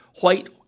white